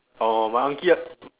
orh my aunty like